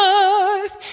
earth